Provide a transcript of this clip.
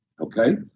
okay